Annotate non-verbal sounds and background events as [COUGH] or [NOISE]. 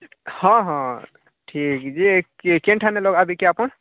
ହଁ ହଁ ଠିକ୍ ଯେ [UNINTELLIGIBLE] ଆପଣ